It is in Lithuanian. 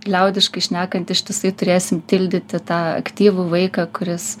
liaudiškai šnekant ištisai turėsim tildyti tą aktyvų vaiką kuris